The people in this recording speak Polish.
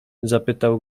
zapytał